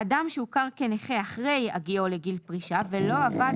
אדם שהוכר כנכה אחרי הגיעו לגיל פרישה ולא עבד